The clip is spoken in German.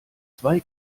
zwei